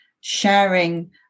sharing